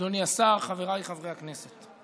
אדוני השר, חבריי חברי הכנסת,